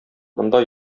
монда